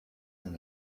and